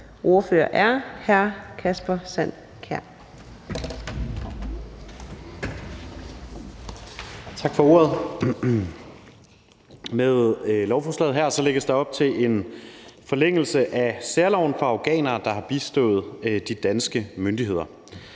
ordfører er hr. Kasper Sand Kjær.